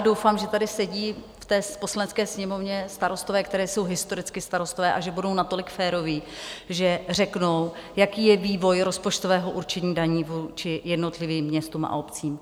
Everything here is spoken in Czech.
Doufám, že tady sedí v té Poslanecké sněmovně starostové, kteří jsou historicky starostové, a že budou natolik féroví, že řeknou, jaký je vývoj rozpočtového určení daní vůči jednotlivým městům a obcím.